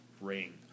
ring